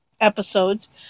episodes